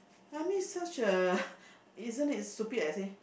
I mean it's such a isn't it stupid I say